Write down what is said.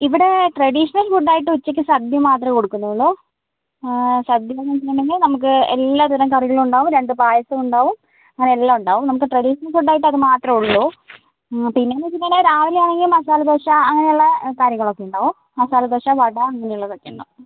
ഇവിടെ traditional food ആയിട്ട് ഉച്ചയ്ക്ക് സദ്യ മാത്രമേ കൊടുക്കുന്നുള്ളൂ സദ്യ എന്ന് വെച്ചിട്ടുണ്ടെങ്കിൽ നമുക്ക് എല്ലാത്തരം കറികളുണ്ടാകും രണ്ട് പായസം ഉണ്ടാകും അങ്ങനെ എല്ലാം ഉണ്ടാകും നമുക്ക് ട്രഡീഷണൽ ഫുഡ് ആയിട്ട് അത് മാത്രമേ ഉള്ളൂ പിന്നെ എന്ന് വെച്ചിട്ടുണ്ടെങ്കിൽ രാവിലെ ആണെങ്കിൽ മസാല ദോശ അങ്ങനെയുള്ള കാര്യങ്ങളൊക്കെ ഉണ്ടാകും മസാല ദോശ വട അങ്ങനെയുള്ളതൊക്കെ ഉണ്ടാകും